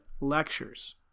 lectures